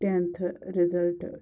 tenth result